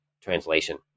translation